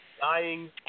dying